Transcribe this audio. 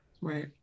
Right